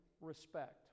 respect